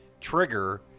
trigger